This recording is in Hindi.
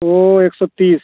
वो एक सौ तीस